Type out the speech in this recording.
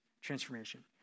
Transformation